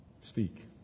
Speak